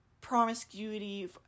promiscuity